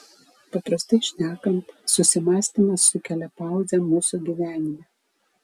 paprastai šnekant susimąstymas sukelia pauzę mūsų gyvenime